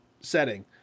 setting